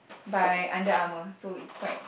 by Under Armour by